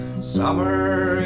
summer